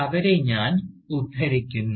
അവരെ ഞാൻ ഉദ്ധരിക്കുന്നു